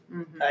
Okay